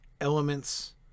elements